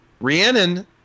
Rhiannon